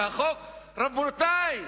והחוק, רבותי,